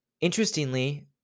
interestingly